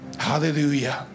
Hallelujah